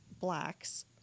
blacks